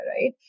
right